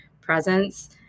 presence